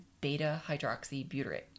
beta-hydroxybutyrate